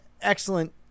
Excellent